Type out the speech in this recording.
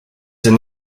and